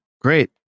Great